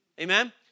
Amen